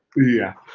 yeah.